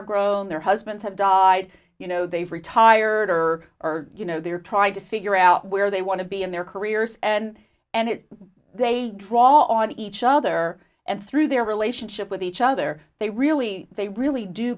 are grown their husbands have died you know they've retired or are you know they're trying to figure out where they want to be in their careers and and they draw on each other and through their relationship with each other they really they really do